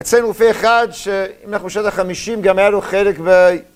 אצלנו הופיע אחד שאם אנחנו בשנות החמישים גם היה לו חלק ב...